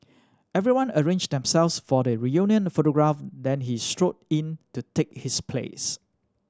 everyone arranged themselves for the reunion photograph then he strode in to take his place